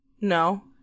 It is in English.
No